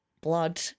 blood